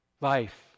Life